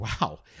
wow